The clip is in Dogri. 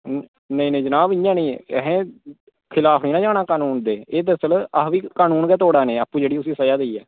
नेईं नेईं जनाब इंया नेईं ऐहें खलाफ नना जाना कानून दे अस उसी तोड़ा नै आपूं उसी तोड़ियै